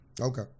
Okay